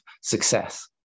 success